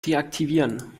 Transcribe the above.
deaktivieren